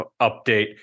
update